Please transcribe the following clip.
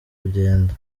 kugenda